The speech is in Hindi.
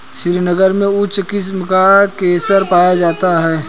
श्रीनगर में उच्च किस्म का केसर पाया जाता है